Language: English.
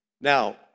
Now